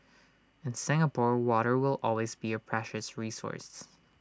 in Singapore water will always be A precious resource